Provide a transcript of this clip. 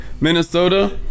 minnesota